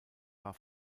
war